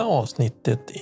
avsnittet